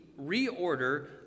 reorder